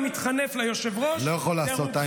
אין לי עניין לשמוע את תשובתך,